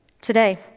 today